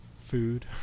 food